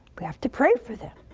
we have to pray for them.